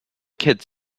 kids